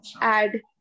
add